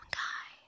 guy